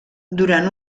durant